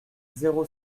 zéro